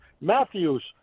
Matthews